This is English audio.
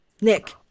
Nick